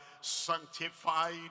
sanctified